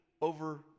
over